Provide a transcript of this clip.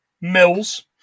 Mills